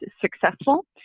successful